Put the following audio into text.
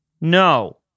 no